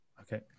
Okay